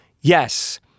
yes